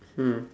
mm